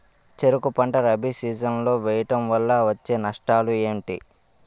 చెరుకు పంట రబీ సీజన్ లో వేయటం వల్ల వచ్చే నష్టాలు ఏంటి?